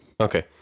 okay